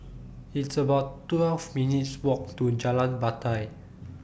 It's about twelve minutes' Walk to Jalan Batai